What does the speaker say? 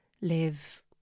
live